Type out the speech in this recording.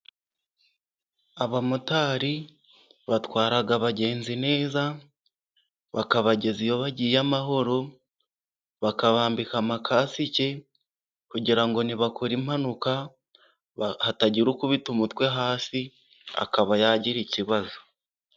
Abamotari batwaraga abagenzi neza, bakabageza iyo bagiye amahoro, bakabambika amakasike kugira ngo nibakora impanuka, hatagira ukubita umutwe hasi, akaba yagira ikibazo.